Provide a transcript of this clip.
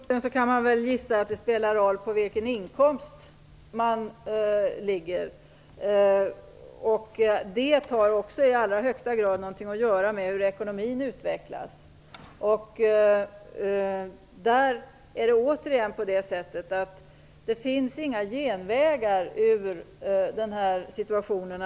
Fru talman! På den punkten kan man väl gissa att det spelar roll på vilken inkomst man ligger. Det har även i allra högsta grad att göra med hur ekonomin utvecklas. Det finns inga genvägar ur den här situationen.